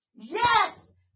yes